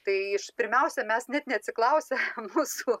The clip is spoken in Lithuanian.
tai pirmiausia mes net neatsiklausę mūsų